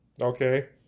okay